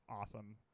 Awesome